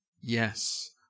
Yes